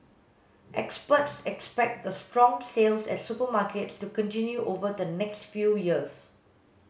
experts expect the strong sales at supermarkets to continue over the next few years